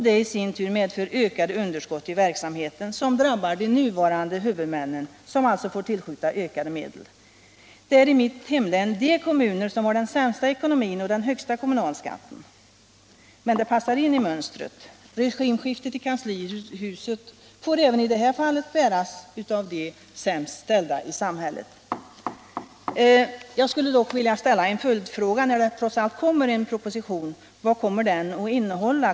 Detta i sin tur medför ökade underskott i verksamheten, vilket drabbar de nuvarande huvudmännen, som alltså får tillskjuta ökade medel. Det är i mitt hemlän de kommuner som har den sämsta ekonomin och den högsta kommunalskatten, men det passar in i mönstret. Regimskiftet i kanslihuset får även i detta fall bäras av de sämst ställda i samhället. Jag skulle vilja ställa en följdfråga: När det trots allt kommer en proposition, vad kommer den då att innehålla?